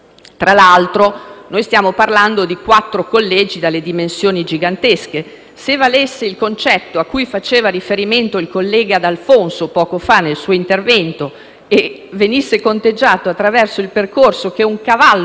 se valesse il concetto a cui faceva riferimento il collega D'Alfonso poco fa, nel suo intervento, e venisse misurato attraverso le distanze che un cavallo dovrebbe percorrere per toccare tutti i suoi territori,